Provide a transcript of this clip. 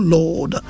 Lord